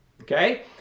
Okay